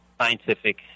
scientific